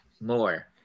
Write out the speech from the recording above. more